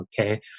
okay